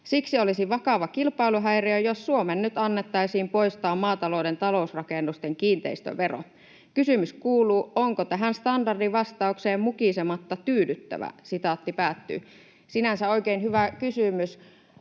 Siksi olisi vakava kilpailuhäiriö, jos Suomen nyt annettaisiin poistaa maatalouden talousrakennusten kiinteistövero. Kysymys kuuluu, onko tähän standardivastaukseen mukisematta tyydyttävä.” Sinänsä oikein hyvä kysymys.